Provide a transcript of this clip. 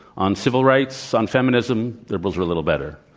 on civil rights, on feminism, liberals are a little better.